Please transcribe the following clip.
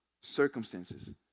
circumstances